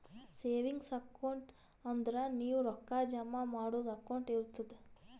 savings account ಅಂದುರ್ ನೀವು ರೊಕ್ಕಾ ಜಮಾ ಮಾಡದು ಅಕೌಂಟ್ ಇರ್ತುದ್